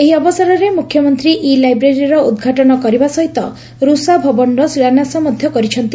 ଏହି ଅବସରରେ ମୁଖ୍ୟମନ୍ତୀ ଇ ଲାଇବ୍ରେରୀର ଉଦ୍ଘାଟନ କରିବା ସହିତ ରୁଷା ଭବନର ଶିଳାନ୍ୟାସ ମଧ କରିଛନ୍ତି